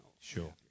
Sure